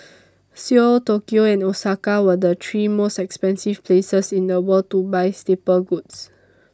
Seoul Tokyo and Osaka were the three most expensive places in the world to buy staple goods